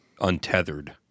untethered